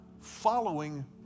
following